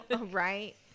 Right